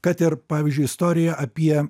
kad ir pavyzdžiui istorija apie